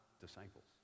disciples